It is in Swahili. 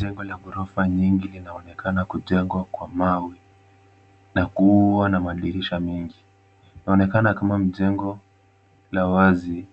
Jengo la ghorofa nyingi linaonekana kujengwa kwa mawe na kuwa na madirisha mengi. Inaonekana kama ni jengo la wazi